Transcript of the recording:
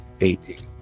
Eight